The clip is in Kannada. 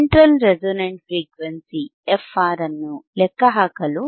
ಸೆಂಟ್ರಲ್ ರೆಸೊನೆಂಟ್ ಫ್ರೀಕ್ವೆನ್ಸಿ fR ಅನ್ನು ಲೆಕ್ಕಹಾಕಲು